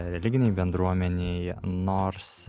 religinei bendruomenei nors